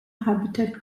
habitat